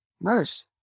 Nice